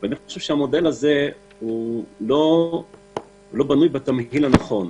ואני חושב שהמודל הזה לא בנוי בתמהיל הנכון.